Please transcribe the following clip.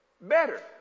better